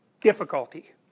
difficulty